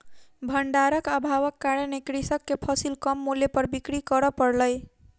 भण्डारक अभावक कारणेँ कृषक के फसिल कम मूल्य पर बिक्री कर पड़लै